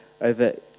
over